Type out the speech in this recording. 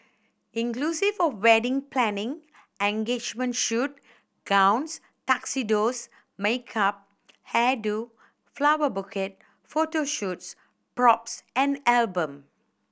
inclusive of wedding planning engagement shoot gowns tuxedos makeup hair do flower bouquet photo shoots props and album